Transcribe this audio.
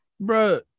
bro